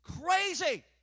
crazy